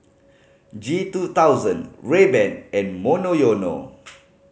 G two thousand Rayban and Monoyono